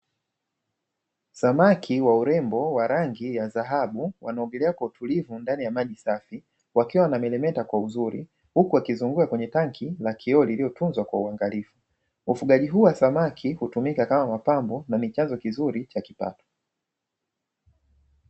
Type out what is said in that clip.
Samaki wa urembo wa rangi ya dhahabu wanaongelea kwa utulivu ndani ya maji safi, wakiwa wanameremeta kwa uzuri, huku akizungumza kwenye tanki la kioo iliyotunzwa kwa uangalifu. Ufugaji huu wa samaki hutumika kama mapambo, na ni chanzo kizuri cha kipato.